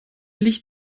licht